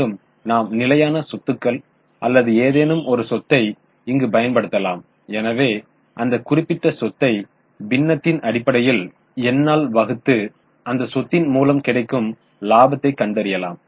மேலும் நாம் நிலையான சொத்துக்கள் அல்லது ஏதேனும் ஒரு சொத்தை இங்கு பயன்படுத்தலாம் எனவே அந்த குறிப்பிட்ட சொத்தை பின்னத்தின் அடி எண்ணால் வகுத்து அந்த சொத்தின் மூலம் கிடைக்கும் இலாபத்தைக் கண்டறியலாம்